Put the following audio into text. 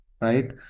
right